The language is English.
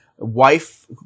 wife